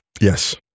Yes